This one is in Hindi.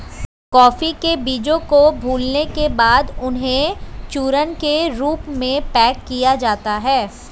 कॉफी के बीजों को भूलने के बाद उन्हें चूर्ण के रूप में पैक किया जाता है